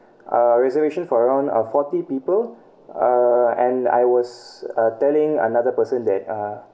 uh reservation for around uh forty people uh and I was uh telling another person that uh